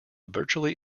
virtually